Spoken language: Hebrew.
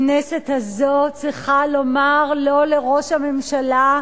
הכנסת הזאת צריכה לומר "לא" לראש הממשלה,